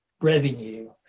revenue